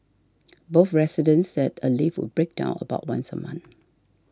both residents said a lift would break down about once a month